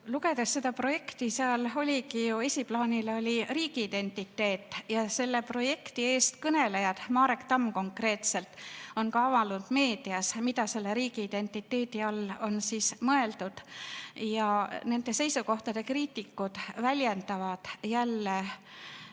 Lugedes seda projekti, seal oligi ju esiplaanil riigiidentiteet. Ja selle projekti eestkõnelejad, Marek Tamm konkreetselt, on ka avaldanud meedias, mida selle riigiidentiteedi all on mõeldud. Nende seisukohtade kriitikud väljendavad jälle,